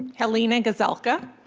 halena gazelka.